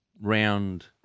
round